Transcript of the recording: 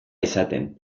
izaten